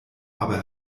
aber